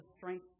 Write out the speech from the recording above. strength